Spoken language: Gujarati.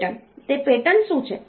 તે પેટર્ન શું છે